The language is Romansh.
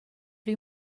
plü